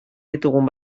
ditugun